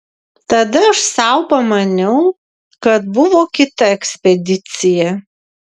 tada aš sau pamaniau kad buvo kita ekspedicija